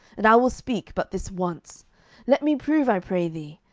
and i will speak but this once let me prove, i pray thee,